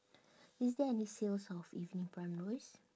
is there any sales of evening primrose